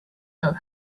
not